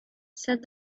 said